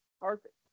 Perfect